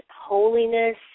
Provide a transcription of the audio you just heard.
holiness